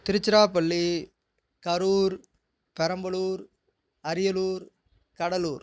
Tiruchirappalli Karur Perambalur Ariyalur Cuddalore